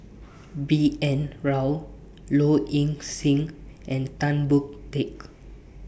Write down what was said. B N Rao Low Ing Sing and Tan Boon Teik